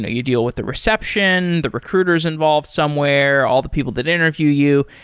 ah you deal with the reception, the recruiters involved somewhere, all the people that interview you.